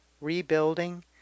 rebuilding